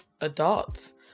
adults